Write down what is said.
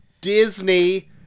Disney